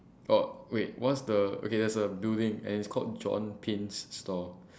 oh wait what's the okay there's a building and it's called john pins stall